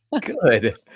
Good